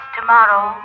Tomorrow